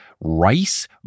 rice